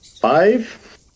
Five